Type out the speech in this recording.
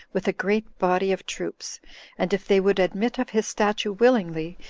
with a great body of troops and if they would admit of his statue willingly,